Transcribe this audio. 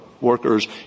workers